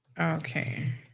Okay